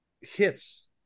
hits